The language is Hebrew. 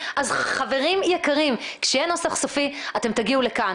חברים יקרים, כשיהיה נוסח סופי אתם תגיעו לכאן.